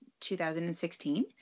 2016